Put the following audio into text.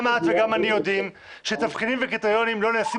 גם את וגם אני יודעים שתבחינים וקריטריונים לא נעשים